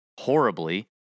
horribly